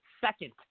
second